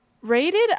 rated